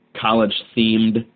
college-themed